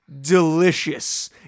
Delicious